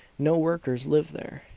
no workers live there,